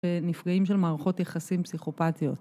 ונפגעים של מערכות יחסים פסיכופתיות.